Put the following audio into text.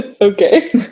Okay